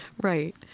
Right